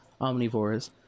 omnivores